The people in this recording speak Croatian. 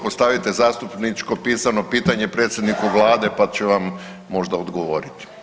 Postavite zastupničko pisano pitanje predsjedniku Vlade pa će vam možda odgovoriti.